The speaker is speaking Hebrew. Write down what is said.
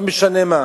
לא משנה מה,